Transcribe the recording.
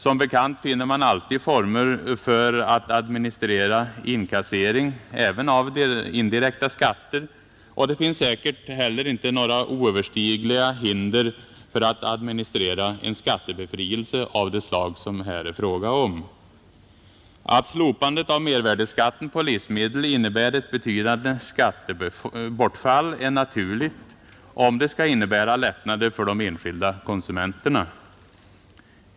Som bekant finner man alltid former för att administrera inkasseringen av även indirekta skatter, och det finns säkert heller inte några oöverstigliga hinder för att administrera en skattebefrielse av det slag det här är fråga om. Att slopandet av mervärdeskatten på livsmedel medför ett betydande skattebortfall är naturligt om det skall innebära lättnader för de enskilda konsumenterna.